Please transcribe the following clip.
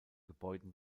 gebäuden